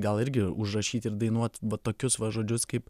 gal irgi užrašyt ir dainuot va tokius va žodžius kaip